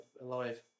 alive